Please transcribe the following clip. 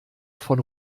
von